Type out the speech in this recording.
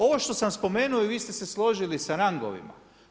Ovo što sam spomenuo i vi ste složili sa rangovima.